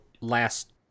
last